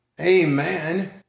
Amen